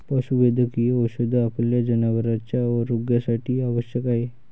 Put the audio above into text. पशुवैद्यकीय औषध आपल्या जनावरांच्या आरोग्यासाठी आवश्यक आहे